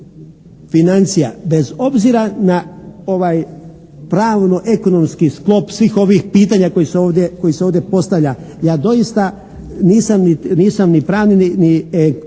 financija bez obzira na ovaj pravno-ekonomski skop svih ovih pitanja kojih se ovdje, kojih se ovdje postavlja. Ja doista nisam ni pravni ni ekonomski,